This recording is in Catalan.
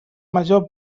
major